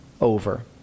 over